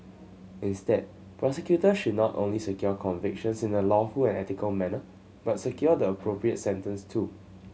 instead prosecutors should not only secure convictions in a lawful and ethical manner but secure the appropriate sentence too